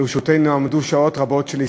לרשותנו עמדו שעות רבות של הסתייגויות.